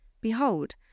Behold